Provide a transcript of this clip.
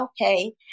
okay